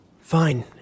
Fine